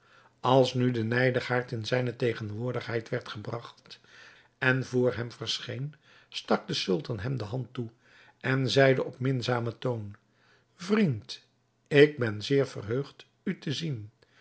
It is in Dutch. als nu de nijdigaard in zijne tegenwoordigheid werd gebragt en voor hem verscheen stak de sultan hem de hand toe en zeide op minzamen toon vriend ik ben zeer verheugd u te zien